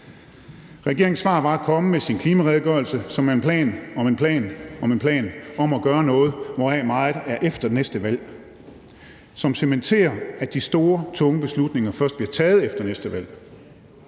Regeringens svar var at komme med sin klimaredegørelse, som er en plan om en plan om en plan om at gøre noget, hvoraf meget er efter næste valg, hvilket cementerer, at de store, tunge beslutninger først bliver taget efter næste valg.